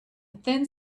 thin